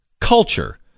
culture